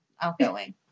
outgoing